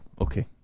Okay